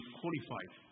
qualified